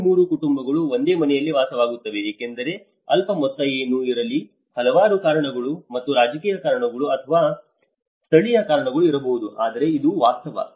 ಇನ್ನೂ ಮೂರು ಕುಟುಂಬಗಳು ಒಂದೇ ಮನೆಯಲ್ಲಿ ವಾಸಿಸುತ್ತಿವೆ ಏಕೆಂದರೆ ಅಲ್ಪ ಮೊತ್ತ ಏನೇ ಇರಲಿ ಹಲವಾರು ಕಾರಣಗಳು ಅಥವಾ ರಾಜಕೀಯ ಕಾರಣಗಳು ಅಥವಾ ಸ್ಥಳೀಯ ಕಾರಣಗಳು ಇರಬಹುದು ಆದರೆ ಇದು ವಾಸ್ತವ